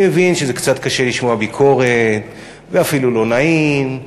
אני מבין שזה קצת קשה לשמוע ביקורת ואפילו לא נעים.